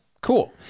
cool